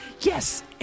Yes